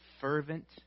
fervent